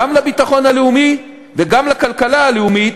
גם לביטחון הלאומי וגם לכלכלה הלאומית,